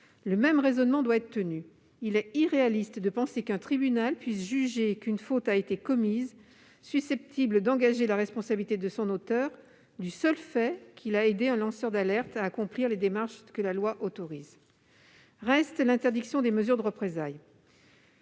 le même raisonnement doit être tenu. Il est irréaliste de penser qu'un tribunal puisse juger qu'une faute, susceptible d'engager la responsabilité de son auteur, a été commise du seul fait qu'il a aidé un lanceur d'alerte à accomplir les démarches que la loi autorise. Reste l'interdiction des mesures de représailles.